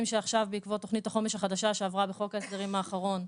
שעכשיו בעקבות תוכנית החומש החדשה שעברה בחוק ההסדרים האחרון,